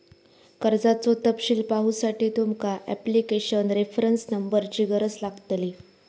कर्जाचो तपशील पाहुसाठी तुमका ॲप्लीकेशन रेफरंस नंबरची गरज लागतली